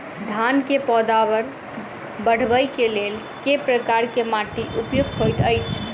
धान केँ पैदावार बढ़बई केँ लेल केँ प्रकार केँ माटि उपयुक्त होइत अछि?